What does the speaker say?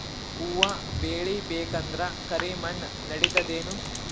ಹುವ ಬೇಳಿ ಬೇಕಂದ್ರ ಕರಿಮಣ್ ನಡಿತದೇನು?